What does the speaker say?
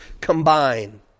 combine